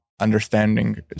understanding